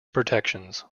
protections